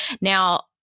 Now